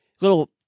little